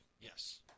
Yes